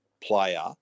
player